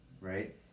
right